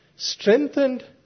strengthened